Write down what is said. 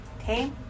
okay